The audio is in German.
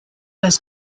das